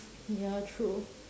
ya true